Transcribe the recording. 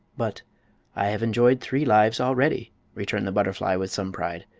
but i have enjoyed three lives already, returned the butterfly, with some pride.